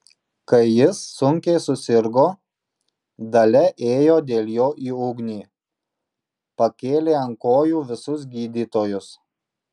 kai jis sunkiai susirgo dalia ėjo dėl jo į ugnį pakėlė ant kojų visus gydytojus